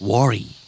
Worry